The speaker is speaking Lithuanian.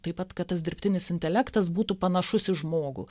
taip pat kad tas dirbtinis intelektas būtų panašus į žmogų